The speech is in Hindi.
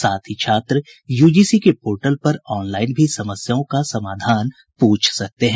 साथ ही छात्र यूजीसी के पोर्टल पर ऑन लाइन भी समस्याओं का समाधान पूछ सकते हैं